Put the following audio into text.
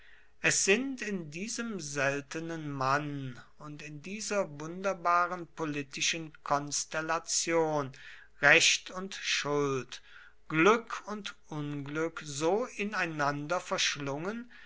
es sind in diesem seltenen mann und in dieser wunderbaren politischen konstellation recht und schuld glück und unglück so ineinander verschlungen